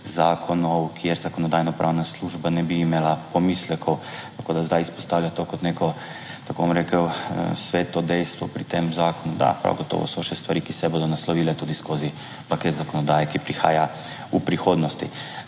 zakonov, kjer Zakonodajno-pravna služba ne bi imela pomislekov. Tako da zdaj izpostavlja to kot neko tako, bom rekel, sveto dejstvo pri tem zakonu, da prav gotovo so še stvari, ki se bodo naslovile tudi skozi paket zakonodaje, ki prihaja v prihodnosti.